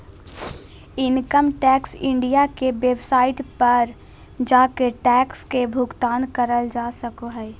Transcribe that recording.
income tax India के website पर जाके टैक्स के भुगतान करल जा सको हय